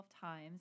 times